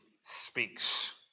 speaks